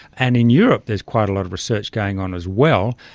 and in europe there is quite a lot of research going on as well,